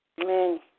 Amen